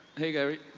hey gary.